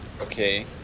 Okay